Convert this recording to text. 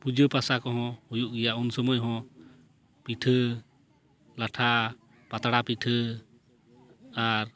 ᱯᱩᱡᱟᱹ ᱯᱟᱥᱟ ᱠᱚᱦᱚᱸ ᱦᱩᱭᱩᱜ ᱜᱮᱭᱟ ᱩᱱᱥᱳᱢᱚᱭ ᱦᱚᱸ ᱯᱤᱴᱷᱟᱹ ᱞᱟᱴᱷᱟ ᱯᱟᱛᱲᱟ ᱯᱤᱴᱷᱟᱹ ᱟᱨ